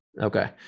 Okay